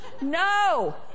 No